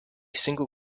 single